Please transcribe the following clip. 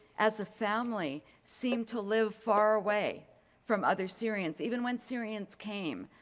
as a family, seemed to live far away from other syrians even when syrians came.